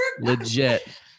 Legit